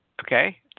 Okay